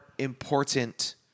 important